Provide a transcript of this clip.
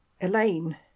Elaine